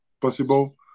possible